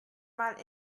mal